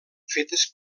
fetes